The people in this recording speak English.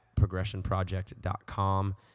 progressionproject.com